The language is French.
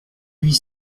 huit